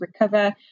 recover